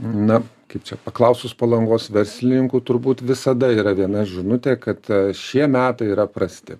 na kaip čia paklausus palangos verslininkų turbūt visada yra viena žinutė kad šie metai yra prasti